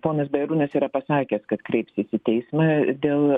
ponas bajarūnas yra pasakęs kad kreipsis į teismą dėl